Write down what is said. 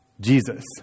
Jesus